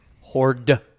Horde